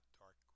dark